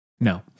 No